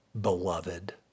beloved